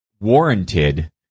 warranted